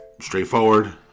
straightforward